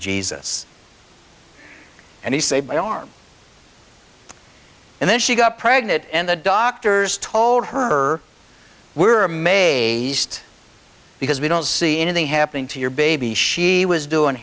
jesus and he saved my arm and then she got pregnant and the doctors told her we're amazed because we don't see anything happening to your baby she was doing